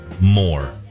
more